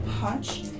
punch